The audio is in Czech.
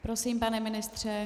Prosím, pane ministře.